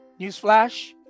Newsflash